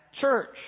church